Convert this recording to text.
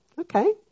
Okay